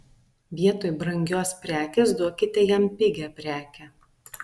vietoj brangios prekės duokite jam pigią prekę